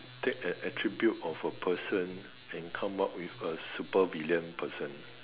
take an attribute of a person and come up with a super villain person